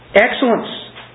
Excellence